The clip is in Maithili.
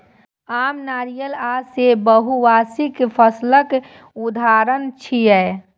आम, नारियल आ सेब बहुवार्षिक फसलक उदाहरण छियै